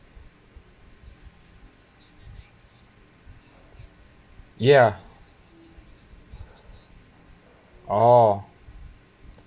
ya orh